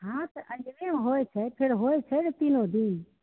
हाथ अङ्गनेमे होइ छै फेर होइ छै ने तीनो दिन